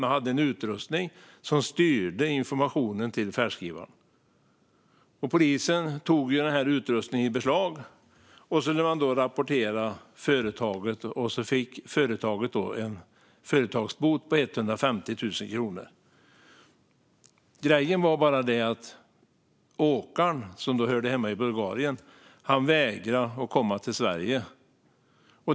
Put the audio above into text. Man hade utrustning som styrde informationen till färdskrivaren. Polisen tog utrustningen i beslag och rapporterade företaget, som fick en företagsbot på 150 000 kronor. Grejen var bara den att åkaren, som hörde hemma i Bulgarien, vägrade komma till Sverige.